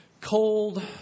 cold